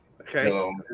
okay